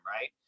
right